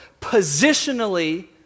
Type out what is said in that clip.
positionally